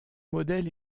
modèle